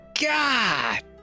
god